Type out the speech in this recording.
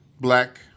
Black